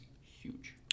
huge